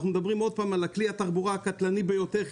ואנחנו מדברים על כלי התחבורה הקטלני ביותר.